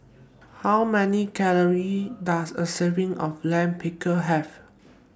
How Many Calories Does A Serving of Lime Pickle Have